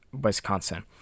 Wisconsin